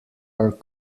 are